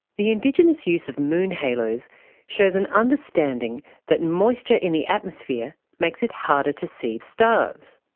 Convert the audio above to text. the indigenous use of moon halos shows an understanding that moisture in the atmosphere makes it harder to see stars.